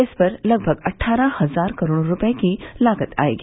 इस पर लगभग अट्ठारह हजार करोड़ रुपये की लागत आएगी